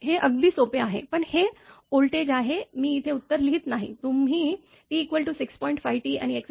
हे अगदी सोपे आहे पण हे व्होल्टेज आहे मी इथे उत्तर लिहित नाही तुम्ही t6